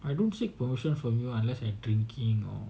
I don't seek permission from you unless I drinking or